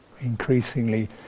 increasingly